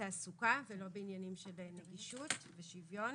תעסוקה ולא בעניינים של נגישות ושוויון,